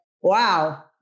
wow